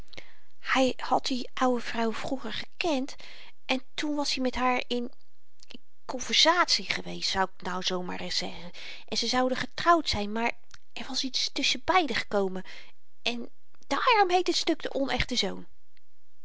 hy had die oude vrouw vroeger gekend en toen was-i met haar in konversatie geweest zal ik nou maar zoo reis zeggen en ze zouden getrouwd zyn maar er was iets tusschenbeide gekomen en daarom heet het stuk de onechte zoon